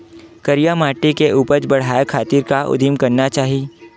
करिया माटी के उपज बढ़ाये खातिर का उदिम करना चाही?